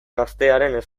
gaztearen